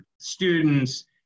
students